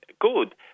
good